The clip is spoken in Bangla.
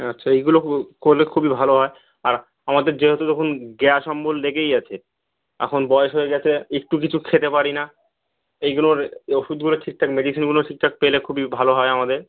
আচ্ছা এইগুলো করলে খুবই ভালো হয় আর আমাদের যেহেতু তখন গ্যাস অম্বল লেগেই আছে এখন বয়স হয়ে গেছে একটু কিছু খেতে পারি না এইগুলোর এই ওষুধগুলো ঠিকঠাক মেডিসিনগুলো ঠিকঠাক পেলে খুবই ভালো হয় আমাদের